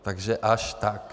Takže až tak.